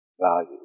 value